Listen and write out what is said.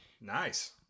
Nice